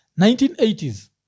1980s